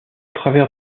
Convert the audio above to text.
travers